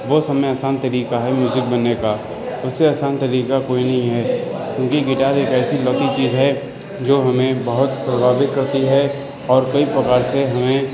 وہ سب میں آسان طریقہ ہے میوزک بننے کا اس سے آسان طریقہ کوئی نہیں ہے کیونکہ گٹار ایک ایسی لکی چیز ہے جو ہمیں بہت تو راغب کرتی ہے اور کئی پرکار سے ہمیں